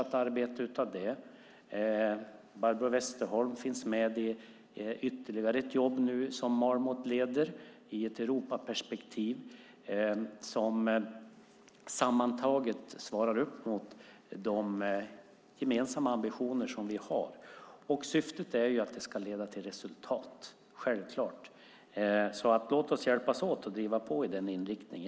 Det arbetet pågår fortfarande. Barbro Westerholm finns med i ytterligare ett jobb som Marmot leder i ett Europaperspektiv. Sammantaget svarar detta upp mot de gemensamma ambitioner som vi har. Syftet är att det ska leda till resultat. Låt oss hjälpas åt att driva på i den riktningen.